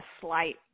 slight